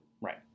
Right